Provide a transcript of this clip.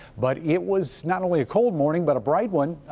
but it was not only a cold morning but a bright one.